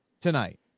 tonight